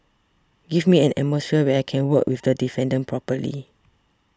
give me an atmosphere where I can work with the defendant properly